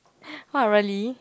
what really